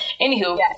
Anywho